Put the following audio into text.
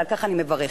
ועל כך אני מברכת,